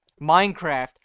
Minecraft